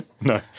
No